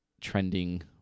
trending